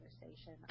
conversation